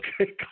Okay